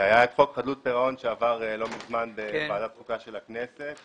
היה חוק חדלות פירעון שעבר לא מזמן בוועדת החוקה של הכנסת.